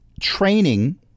training